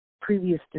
previous